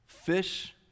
fish